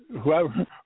whoever